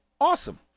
awesome